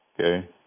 Okay